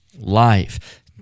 life